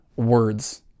words